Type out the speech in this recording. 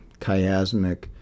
chiasmic